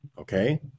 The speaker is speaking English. Okay